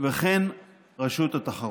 וכן רשות התחרות.